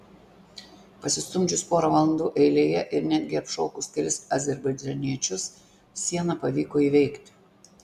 pasistumdžius porą valandų eilėje ir netgi apšaukus kelis azerbaidžaniečius sieną pavyko įveikti